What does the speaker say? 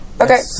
okay